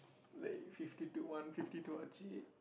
like fifty two one fifty two